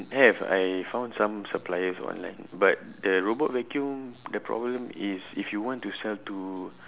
have I found some suppliers online but the robot vacuum the problem is if you want to sell to